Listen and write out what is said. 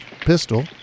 pistol